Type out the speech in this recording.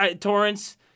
Torrance